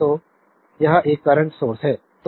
तो यह एक करंट सोर्स है